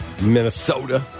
Minnesota